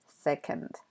second